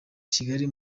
kigali